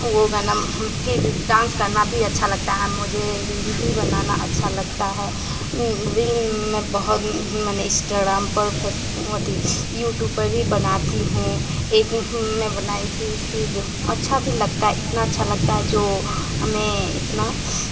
वो गाना फिर डांस करना भी अच्छा लगता है मुझे रील भी बनाना अच्छा लगता है रील मैं बहुत मने इंस्टाराम पर अथि यूट्यूब पर भी बनाती हूँ एक मैं बनाई थी फिर अच्छा भी लगता है इतना अच्छा लगता है जो हमें इतना